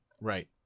right